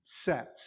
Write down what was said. Sets